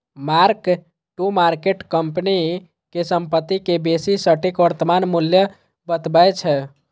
mark to market company के संपत्ति के बेसी सटीक वर्तमान मूल्य बतबै छै